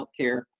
Healthcare